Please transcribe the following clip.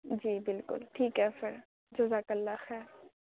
جی بالکل ٹھیک ہے پھر جزاک اللہ خیر